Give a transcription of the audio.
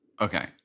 Okay